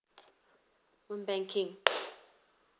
banking